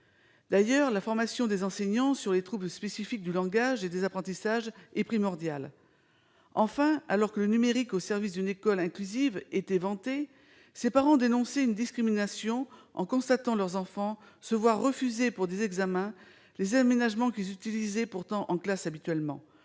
D'ailleurs, la formation des enseignants sur les troubles spécifiques du langage et des apprentissages est primordiale. Enfin, alors que « le numérique au service d'une école inclusive » avait été vanté, ces parents dénonçaient une discrimination en constatant que leurs enfants se voyaient refuser pour des examens les aménagements auxquels ils étaient pourtant habitués en